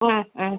ம் ம்